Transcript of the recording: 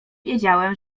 wiedziałem